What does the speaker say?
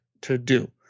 to-do